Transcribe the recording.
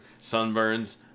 Sunburns